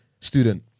student